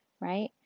right